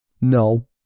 No